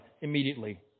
immediately